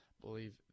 believe